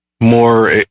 more